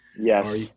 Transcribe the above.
Yes